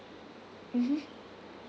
mmhmm